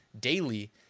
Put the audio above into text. daily